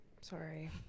sorry